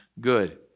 good